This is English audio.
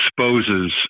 exposes